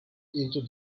into